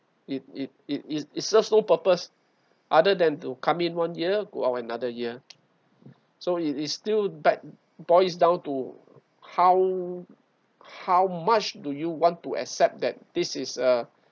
it it it it serves no purpose other than to come in one ear go out another ear so it is still but boils down to how how much do you want to accept that this is a